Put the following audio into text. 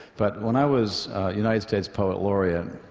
but when i was united states poet laureate